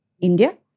India